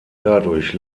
dadurch